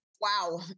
Wow